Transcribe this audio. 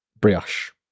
Brioche